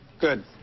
good